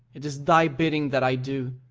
it is thy bidding that i do,